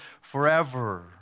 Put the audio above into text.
forever